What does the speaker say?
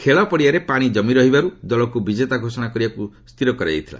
ଖେଳପଡ଼ିଆରେ ପାଣି ଜମି ରହିବାରୁ ଦଳକୁ ବିଜେତା ଘୋଷଣା କରିବାକୁ ସ୍ଥିର କରାଯାଇଥିଲା